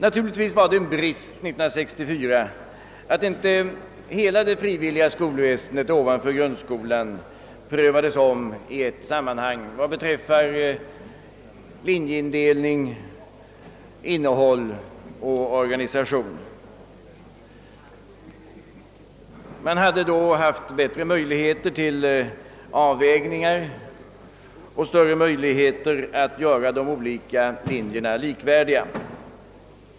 Naturligtvis var det en brist att inte hela det frivilliga skolväsendet ovanför grundskolan år 1964 prövades om i ett sammanhang vad beträffar linjeindelning, innehåll och organisation. Man hade då haft bättre möjligheter till avvägningar och större chans att göra de olika linjerna likvärdiga.